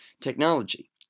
technology